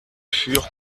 fur